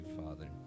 father